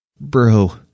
Bro